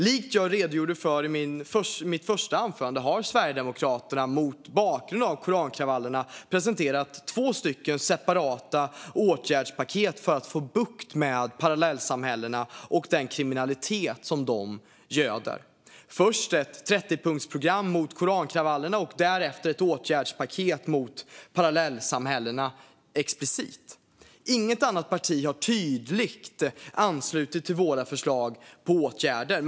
Likt jag redogjorde för i mitt första anförande har Sverigedemokraterna mot bakgrund av korankravallerna presenterat två separata åtgärdspaket för att få bukt med parallellsamhällena och den kriminalitet de göder. Vi kom först med ett 30-punktsprogram mot korankravallerna och därefter med ett åtgärdspaket mot parallellsamhällena explicit. Inget annat parti har tydligt anslutit sig till våra förslag på åtgärder.